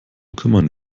kümmern